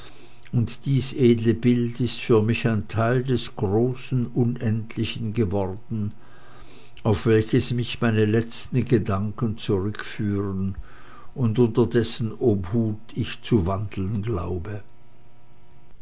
und dies edle bild ist für mich ein teil des großen unendlichen geworden auf welches mich meine letzten gedanken zurückführen und unter dessen obhut ich zu wandeln glaube